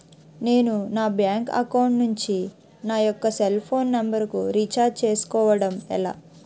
నేను నా bank account నుంచి నా యెక్క సెల్ ఫోన్ నంబర్ కు రీఛార్జ్ చేసుకోవడం ఎలా?